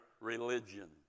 religion